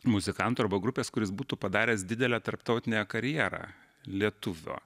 muzikanto arba grupės kuris būtų padaręs didelę tarptautinę karjerą lietuvio